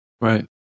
Right